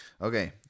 Okay